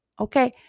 Okay